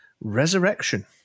Resurrection